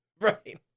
Right